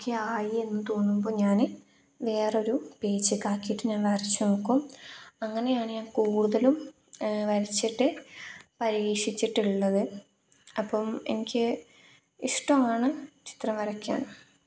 okay ആയി എന്ന് തോന്നുമ്പോൾ ഞാൻ വേറൊരു പേജ്ക്കാക്കിയിട്ട് ഞാൻ വരച്ച് നോക്കും അങ്ങനെയാണ് ഞാൻ കൂടുതലും വരച്ചിട്ട് പരീക്ഷിച്ചിട്ടുള്ളത് അപ്പം എനിക്ക് ഇഷ്ടമാണ് ചിത്രം വരയ്ക്കാൻ